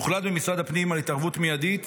הוחלט במשרד הפנים על התערבות מיידית